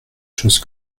choses